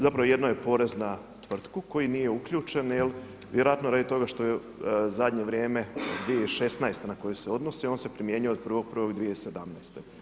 Zapravo jedno je porez na tvrtku koji nije uključen, vjerovatno radi toga što je u zadnje vrijeme 2016. na koju se odnosi, on se primjenjuje od 1. 1. 2017.